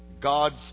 God's